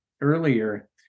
earlier